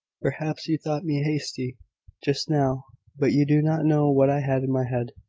perhaps you thought me hasty just now but you do not know what i had in my head.